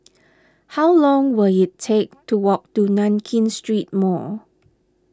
how long will it take to walk to Nankin Street Mall